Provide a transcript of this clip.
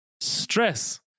Stress